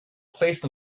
placed